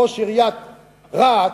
ראש עיריית רהט,